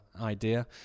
idea